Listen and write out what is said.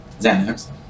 xanax